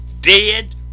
dead